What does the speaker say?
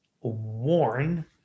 worn